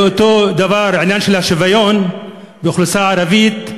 אותו דבר בעניין השוויון לאוכלוסייה הערבית.